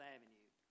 Avenue